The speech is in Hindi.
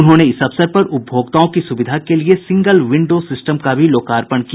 उन्होंने इस अवसर पर उपभोक्ताओं की सुविधा के लिए सिंगल विडो सिस्टम का भी लोकार्पण किया